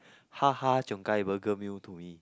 Ha Ha-Cheong-Gai burger meal to me